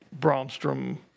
Bromstrom